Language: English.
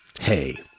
hey